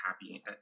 happy